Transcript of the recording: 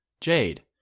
Jade